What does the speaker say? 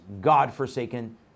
godforsaken